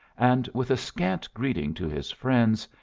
and, with a scant greeting to his friends,